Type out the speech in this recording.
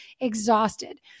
exhausted